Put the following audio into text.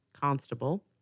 Constable